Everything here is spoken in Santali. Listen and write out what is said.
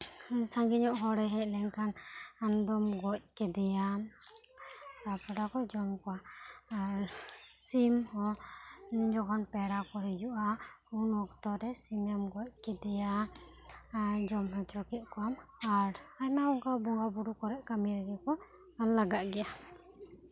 ᱥᱟᱜᱮ ᱧᱚᱜ ᱦᱚᱲ ᱦᱮᱡ ᱞᱮᱱ ᱠᱷᱟᱱ ᱟᱢ ᱫᱚᱢ ᱜᱚᱡ ᱠᱮᱫᱮᱭᱟᱢ ᱯᱮᱲᱟ ᱠᱚ ᱡᱚᱢ ᱠᱚᱣᱟ ᱟᱨ ᱥᱤᱢ ᱦᱚᱸ ᱡᱚᱠᱷᱚᱱ ᱯᱮᱲᱟ ᱠᱚ ᱦᱤᱡᱩᱜᱼᱟ ᱩᱱ ᱚᱠᱛᱚ ᱨᱮ ᱥᱤᱢ ᱮᱢ ᱜᱚᱡ ᱠᱮᱫᱮᱭᱟ ᱟᱨ ᱮᱢ ᱡᱚᱢ ᱚᱪᱚ ᱠᱮᱫ ᱠᱚᱣᱟ ᱟᱨ ᱟᱭᱢᱟ ᱚᱱᱠᱟ ᱵᱚᱸᱜᱟ ᱵᱳᱨᱳ ᱠᱚᱨᱮ ᱠᱚ ᱞᱟᱜᱟᱜ ᱜᱮᱭᱟ